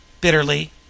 BITTERLY